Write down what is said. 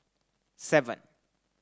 seven